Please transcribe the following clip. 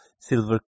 silver